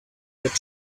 that